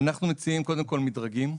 אנחנו מציעים קודם כל מדרגים.